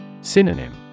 Synonym